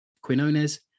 Quinones